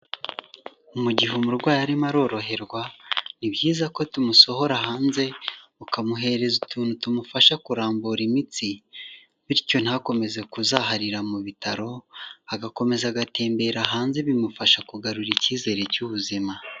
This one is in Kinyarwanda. Mu gihe umurwayi arimo aroroherwa ni byiza ko tumusohora hanze ukamuhereza utuntu tumufasha kurambura imitsi, bityo ntakomeze kuzaharira mu bitaro agakomeza agatembera hanze bimufasha kugarura icyizere cy'ubuzima.